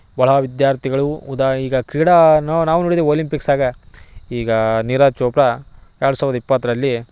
ಬಡ ವಿದ್ಯಾರ್ಥಿಗಳು ಉದಾ ಈಗ ಕ್ರೀಡಾನು ನಾವು ನೋಡಿದೆ ಒಲಿಪಿಂಕ್ಸಾಗ ಈಗ ನೀರಜ್ ಚೋಪ್ರಾ ಎರಡು ಸಾವಿರದ ಇಪ್ಪತ್ತರಲ್ಲಿ